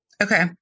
Okay